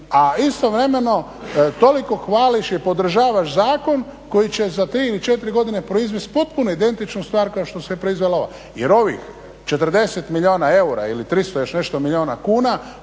a istovremeno toliko hvališ i podržavaš zakon koji će za tri ili četiri godine proizvesti potpuno identičnu stvar kao što se proizvela ova, jer ovih 40 milijuna eura ili 300 još nešto milijuna kuna